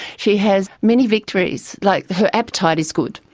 she has many victories. like her appetite is good.